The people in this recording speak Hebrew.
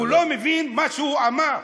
הוא לא מבין מה שהוא אמר.